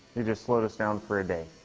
you just slowed us down for a day.